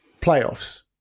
playoffs